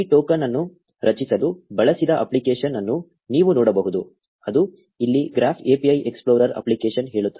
ಈ ಟೋಕನ್ ಅನ್ನು ರಚಿಸಲು ಬಳಸಿದ ಅಪ್ಲಿಕೇಶನ್ ಅನ್ನು ನೀವು ನೋಡಬಹುದು ಅದು ಇಲ್ಲಿ ಗ್ರಾಫ್ API ಎಕ್ಸ್ಪ್ಲೋರರ್ ಅಪ್ಲಿಕೇಶನ್ ಹೇಳುತ್ತದೆ